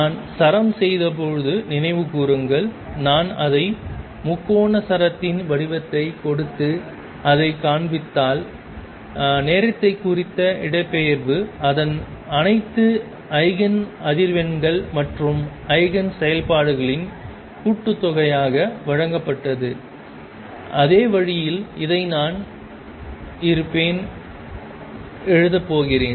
நான் சரம் செய்தபோது நினைவுகூருங்கள் நான் அதற்கு முக்கோண சரத்தின் வடிவத்தைக் கொடுத்து அதைக் காண்பித்தால் நேரத்தை குறித்து இடப்பெயர்வு அனைத்து ஈஜென் அதிர்வெண்கள் மற்றும் ஈஜென் செயல்பாடுகளின் கூட்டுத்தொகையாக வழங்கப்பட்டது அதே வழியில் இதை நான் இருப்பேன் எழுதப் போகிறேன்